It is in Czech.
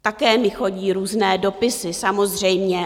Také mi chodí různé dopisy, samozřejmě.